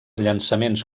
llançaments